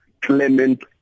Clement